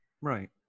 right